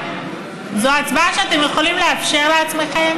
זו הצבעה שאתם יכולים לאפשר לעצמכם